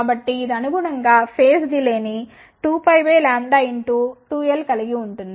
కాబట్టి ఇది అనుగుణంగా ఫేజ్ డిలే ని 2πλ2l కలిగిఉంటుంది